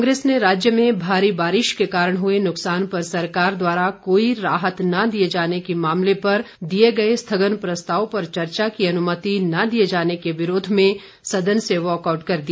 कांग्रेस ने राज्य में भारी बारिश के कारण हुए नुकसान पर सरकार द्वारा कोई राहत न दिए जाने के मामले पर दिए गए स्थगन प्रस्ताव पर चर्चा की अनुमति न दिए जाने के विरोध में सदन से वाकआउट कर दिया